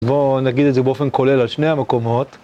בוא נגיד את זה באופן כולל על שני המקומות